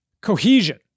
cohesion